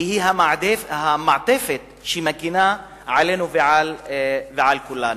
כי היא המעטפת שמגינה עלינו ועל כולנו.